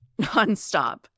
nonstop